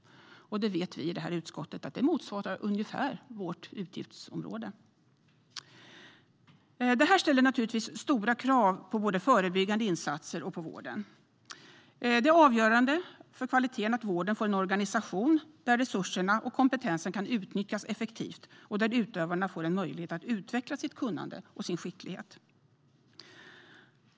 Det vet vi i utskottet motsvarar ungefär vårt utgiftsområde. Detta ställer naturligtvis stora krav både på förebyggande insatser och på vården. Det är avgörande för kvaliteten att vården får en organisation där resurserna och kompetensen kan utnyttjas effektivt och där utövarna får möjlighet att utveckla sitt kunnande och sin skicklighet.